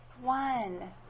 one